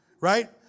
Right